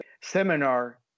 seminar